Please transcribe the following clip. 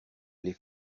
les